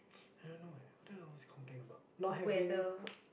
I don't know eh what do I always complain about not having